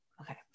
Okay